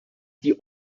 die